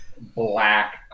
black